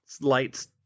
lights